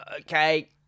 okay